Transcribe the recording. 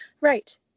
right